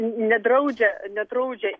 nedraudžia nedraudžia